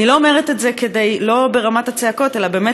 אני לא אומרת את זה ברמת הצעקות אלא באמת